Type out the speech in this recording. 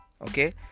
okay